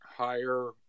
higher